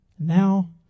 Now